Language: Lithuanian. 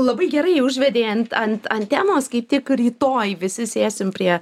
labai gerai užvedei ant ant ant temos kaip tik rytoj visi sėsim prie